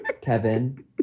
Kevin